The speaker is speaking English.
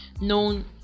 known